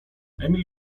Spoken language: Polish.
emil